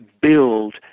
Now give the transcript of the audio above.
Build